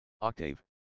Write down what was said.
octave